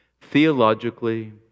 theologically